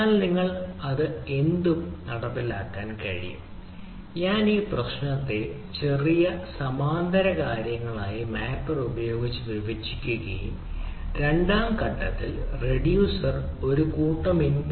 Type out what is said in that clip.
എന്നാൽ നിങ്ങൾക്ക് എന്തും നടപ്പിലാക്കാൻ കഴിയും ആശയം ഞാൻ പ്രശ്നത്തെ ചെറിയ സമാന്തര കാര്യങ്ങളായി മാപ്പർ ഉപയോഗിച്ച് വിഭജിക്കുകയും രണ്ടാം ഘട്ടത്തിൽ റിഡ്യൂസർ മറ്റൊരു കീ മൂല്യ ജോഡിയിലേക്ക് ഇട്ടു